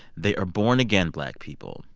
they are born-again black people.